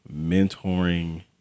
mentoring